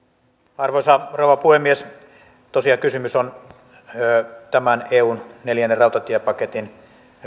arvoisa rouva puhemies tosiaan kysymys on tämän eun neljännen rautatiepaketin